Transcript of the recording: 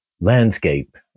landscape